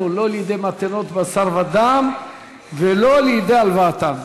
לא לידי מתנת בשר ודם ולא לידי הלוואתם".